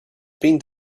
been